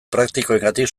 praktikoengatik